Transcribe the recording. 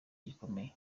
gikomeye